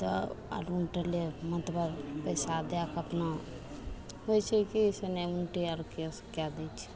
तऽ आदमी टोले मतलब पइसा दैके अपना होइ छै कि से नहि उनटे आओर केस कै दै छै